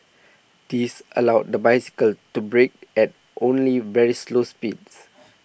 this allowed the bicycle to brake at only very slow speeds